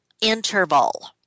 interval